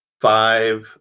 five